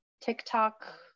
TikTok